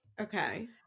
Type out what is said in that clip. Okay